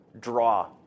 draw